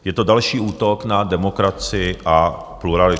Je to další útok na demokracii a pluralitu.